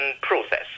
process